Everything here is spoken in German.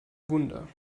wunder